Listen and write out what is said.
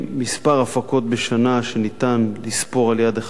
ומספר הפקות בשנה שניתן לספור על יד אחת,